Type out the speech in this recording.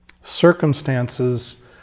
Circumstances